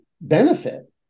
benefit